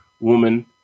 woman